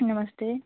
नमस्ते